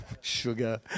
sugar